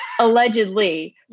Allegedly